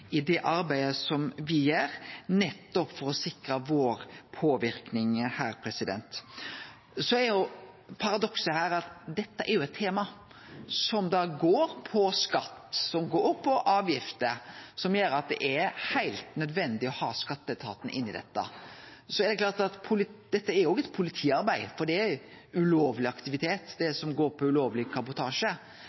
i det arbeidet som me gjer, nettopp for å sikre vår påverknad her. Paradokset her er at dette er eit tema som går på skatt, som går på avgifter, og som gjer at det er heilt nødvendig å ha skatteetaten inn i det. Dette er også politiarbeid, for det som går på ulovleg kabotasje, er ulovlig aktivitet. Naturleg nok må òg dei som jobbar med vegsektoren, som